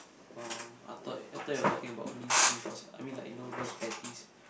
oh I thought I thought you're talking about minced beef or some I mean you know like those patties